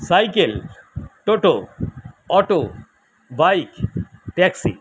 cycle toto auto bike taxi